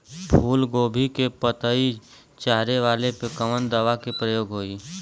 फूलगोभी के पतई चारे वाला पे कवन दवा के प्रयोग होई?